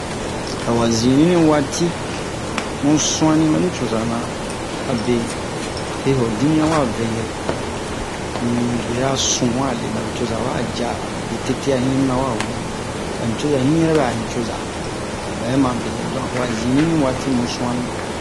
awa zinni ni waati mu su'anni ba nucoza na abe he ho dimiɲan wa vɛ yɛ mu bera sun wa le ba nucoza wa ja'a be tete'a hinni mina wawe ba nucoza hinni yɛrɛ bɛ a nucoza obɛ ma be yɛ donc awa zinni ni waati mu su'anni